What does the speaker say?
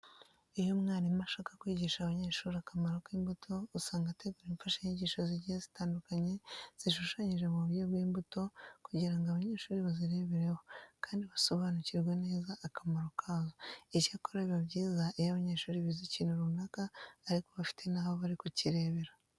Iyo umwarimu ashaka kwigisha abanyeshuri akamaro k'imbuto, usanga ategura imfashanyigisho zigiye zitandukanye zishushanyije mu buryo bw'imbuto kugira ngo abanyeshuri bazirebereho kandi basobanukirwe neza akamaro kazo. Icyakora biba byiza iyo abanyeshuri bize ikintu runaka ariko bafite n'aho bari kukirebera.